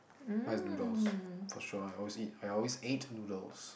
mine is noodles for sure I always eat I always ate noodles